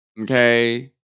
Okay